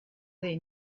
they